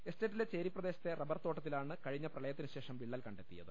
എസ്റ്റേറ്റിലെ ചേരിപ്രദേശത്തെ റബ്ബർതോട്ടത്തിലാണ് കഴിഞ്ഞ പ്രളയത്തിനുശേഷം വിള്ളൽ കണ്ടെത്തിയത്